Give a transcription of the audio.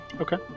Okay